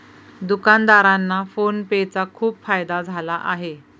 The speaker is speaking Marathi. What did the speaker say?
दुकानदारांना फोन पे चा खूप फायदा झाला आहे